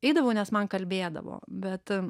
eidavau nes man kalbėdavo bet